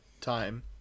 time